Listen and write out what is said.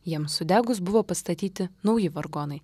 jiems sudegus buvo pastatyti nauji vargonai